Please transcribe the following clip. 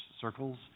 circles